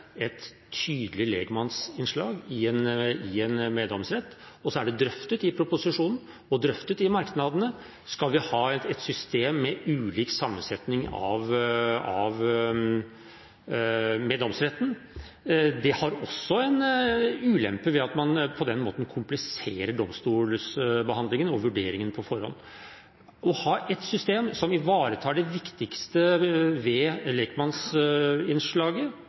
et tydelig lekmannsinnslag i en meddomsrett. Så er det drøftet i proposisjonen og i merknadene: Skal vi ha et system med ulik sammensetning av meddomsretten? Det har også en ulempe, ved at man på den måten kompliserer domstolsbehandlingen og vurderingen på forhånd. Vi må ha et system som ivaretar det viktigste ved